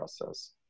process